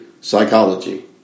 psychology